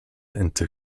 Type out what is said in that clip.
into